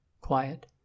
quiet